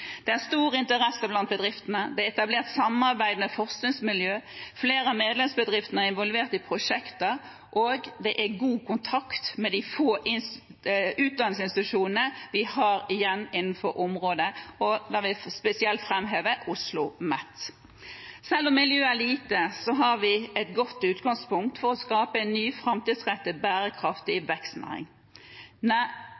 Det er stor interesse blant bedriftene. Det er etablert samarbeid med forskningsmiljøer, flere av medlemsbedriftene er involvert i prosjekter, og det er god kontakt med de få utdanningsinstitusjonene vi har igjen innenfor området. Jeg vil spesielt framheve OsloMet. Selv om miljøet er lite, har vi et godt utgangspunkt for å skape en ny, framtidsrettet og bærekraftig